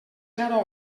zero